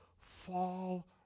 fall